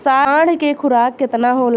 साँढ़ के खुराक केतना होला?